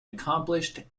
accomplished